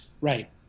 Right